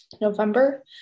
november